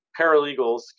paralegals